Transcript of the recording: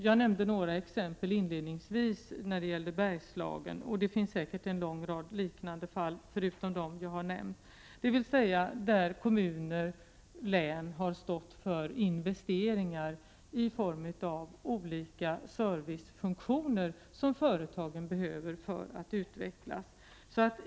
Jag nämnde inledningsvis några exempel från Bergslagen, och det finns säkert en lång rad liknande fall, där kommuner och län har stått för investeringar i form av olika servicefunktioner som företagen behöver för att utvecklas.